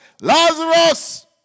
Lazarus